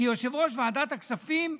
כיושב-ראש ועדת הכספים,